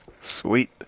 Sweet